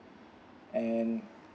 and